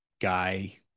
guy